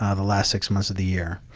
ah the last six months of the year,